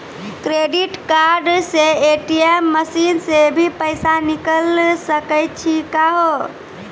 Credit card से ATM machine से भी पैसा निकल सकै छि का हो?